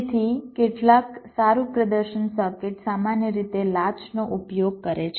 તેથી કેટલાક સારું પ્રદર્શન સર્કિટ સામાન્ય રીતે લાચનો ઉપયોગ કરે છે